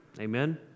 Amen